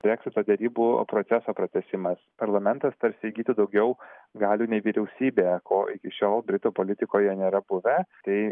breksito derybų proceso pratęsimas parlamentas tarsi įgytų daugiau galių nei vyriausybė ko iki šiol britų politikoje nėra buvę tai